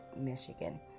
Michigan